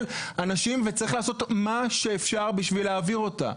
אנשים וצריך לעשות מה שאפשר בשביל להעביר אותה.